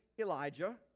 Elijah